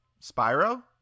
spyro